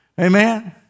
Amen